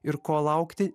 ir ko laukti